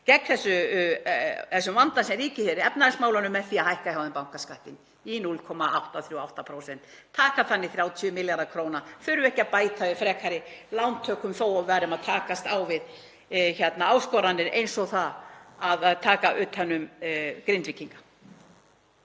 gegn þessum vanda sem ríkir í efnahagsmálunum með því að hækka hjá þeim bankaskattinn í 0,88%, taka þannig 30 milljarða kr. og þurfa ekki að bæta við frekari lántökum þótt við værum að takast á við áskoranir eins og það að taka utan um Grindvíkinga.